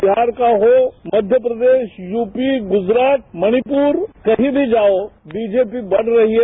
बिहार का हो मध्य प्रदेश यूपी गुजरात मणिपुर कहीं भी जाओ बीजेपी बढ़ रही है